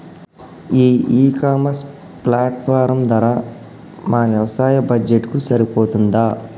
ఈ e commerce platform ధర మా వ్యవసాయ బడ్జెట్ కు సరిపోతుందా?